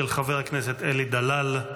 של חבר הכנסת אלי דלל,